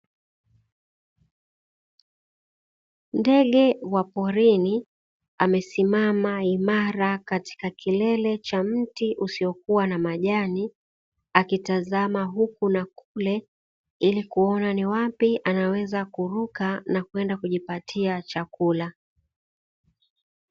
Ndege wa porini amesimama imara katika kilele cha mti usio kuwa na majani, akitazama huku na kule, ili kuona ni wapi anaweza kuruka na kwenda kujipatia chakula.